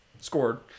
scored